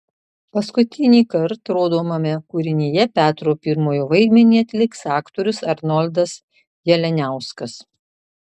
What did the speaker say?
paskutinįkart rodomame kūrinyje petro pirmojo vaidmenį atliks aktorius arnoldas jalianiauskas